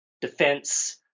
defense